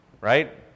Right